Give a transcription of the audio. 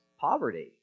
poverty